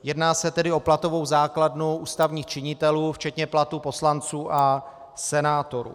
Jedná se tedy o platovou základnu ústavních činitelů včetně platů poslanců a senátorů.